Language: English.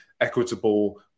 equitable